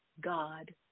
God